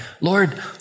Lord